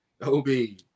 Obi